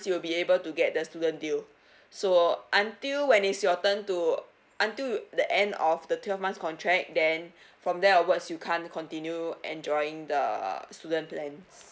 you will be able to get the student deal so until when it's your turn to until the end of the twelve months contract then from there onwards you can't continue enjoying the student plans